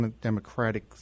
democratic